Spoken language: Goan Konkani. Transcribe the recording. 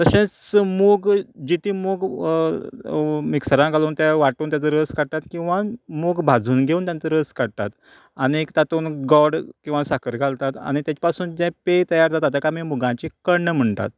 तशेंच मूग जिती मूग मिक्सरांत घालून तें वाटून तेजो रस काडटात किंवां मूग भाजून घेवन तांचो रस काडटात आनी तातूंत गोड किंवां साखर घालतात आनी तेचें पासून जें पेय तयार जाता तेका आमी मुगाचें कण्ण म्हणटात